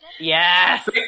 Yes